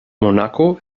monaco